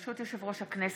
ברשות יושב-ראש הכנסת,